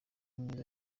mwiza